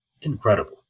Incredible